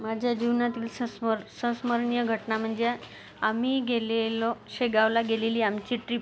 माझ्या जीवनातील संस्मर संस्मरणीय घटना म्हणजे आम्ही गेलेलो शेगावला गेलेली आमची ट्रीप